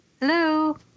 Hello